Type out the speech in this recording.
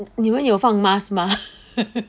你们有放 mask 吗